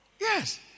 Yes